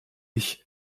ich